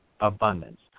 abundance